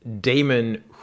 Damon